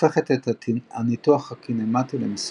הופכת את הניתוח הקינמטי למסובך.